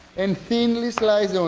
and thinly slice